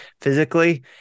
physically